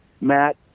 Matt